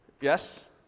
Yes